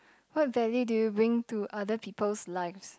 what value do you bring to other people's lives